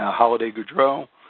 holiday goodreau,